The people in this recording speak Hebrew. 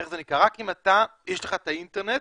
אינטרנט,